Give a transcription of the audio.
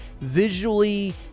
visually